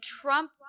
Trump